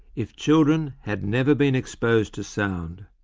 if children had never been exposed to sound,